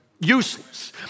useless